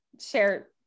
share